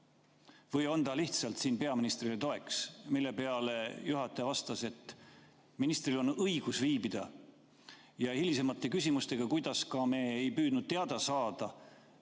või on ta lihtsalt siin peaministrile toeks. Selle peale juhataja vastas, et ministril on õigus siin viibida, ja hilisematele küsimustele vastates, kuidas ka me ei püüdnud teada saada,